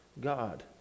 god